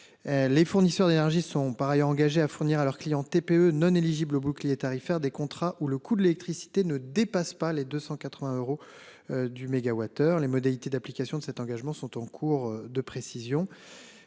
Les fournisseurs d'énergie sont par ailleurs engagés à fournir à leurs clients TPE non éligibles au bouclier tarifaire des contrats ou le coût de l'électricité ne dépasse pas les 280 euros. Du mégawattheure les modalités d'application de cet engagement sont en cours de précision.